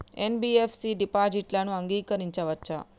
NBFC డిపాజిట్లను అంగీకరించవచ్చా?